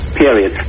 period